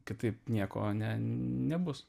kitaip nieko nebus